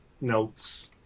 notes